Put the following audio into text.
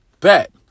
Bet